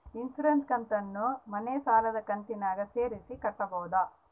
Insurance ಕಂತನ್ನ ಮನೆ ಸಾಲದ ಕಂತಿನಾಗ ಸೇರಿಸಿ ಕಟ್ಟಬೋದ?